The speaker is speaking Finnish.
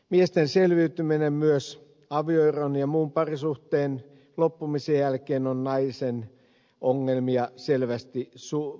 miesten selviytyminen myös avioeron ja muun parisuhteen loppumisen jälkeen on naisen ongelmia selvästi vaikeampaa